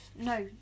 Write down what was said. No